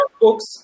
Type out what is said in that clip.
books